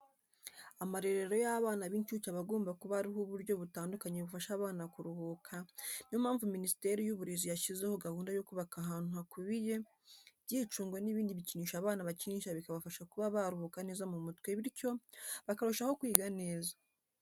Amarerero y'abana b'incuke aba agomba kuba ariho uburyo butandukanye bufasha abana ku ruhuka, ni yo mpamvu Minisiteri y'Uburezi yashyizeho gahunda yo kubaka ahantu hakubiye ibyicungo n'ibindi bikinisho abana bakinisha bikabafasha kuba baruhuka neza mu mutwe bityo bakarushaho kwiga neza.